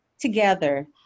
together